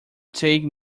take